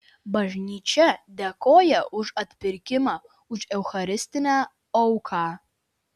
bažnyčia dėkoja už atpirkimą už eucharistinę auką